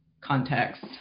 context